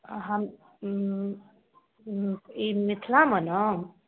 आ हम ई मिथलामे ने